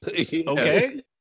okay